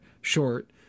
short